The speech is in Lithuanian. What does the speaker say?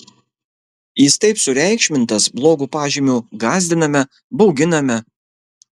jis taip sureikšmintas blogu pažymiu gąsdiname bauginame